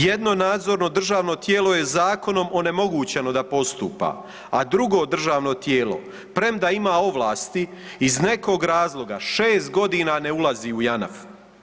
Jedno nadzorno državno tijelo je zakonom onemogućeno da postupa, a drugo državno tijelo premda ima ovlasti iz nekog razloga 6 godina ne ulazi u Janaf.